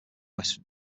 west